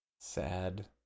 Sad